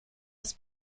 als